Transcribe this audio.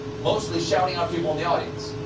mostly shouting out people in the audience.